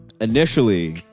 initially